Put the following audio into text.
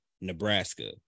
Nebraska